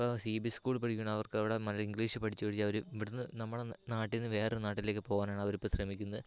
ഇപ്പോൾ C B S E സ്കൂളിൽ പഠിക്കുന്ന അവർക്ക് അവിടെ മതി ഇംഗ്ലീഷ് പഠിച്ച് പഠിച്ച് അവർ ഇവിടുന്ന് നമ്മളുടെ നാട്ടിൽ നിന്ന് വേറൊരു നാട്ടിലേയ്ക്ക് പോകാനാണ് അവരിപ്പോൾ ശ്രമിക്കുന്നത്